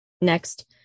Next